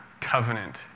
covenant